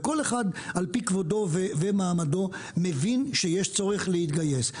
וכל אחד על פי כבודו ומעמדו מבין שיש צורך להתגייס.